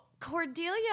Cordelia